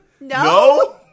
no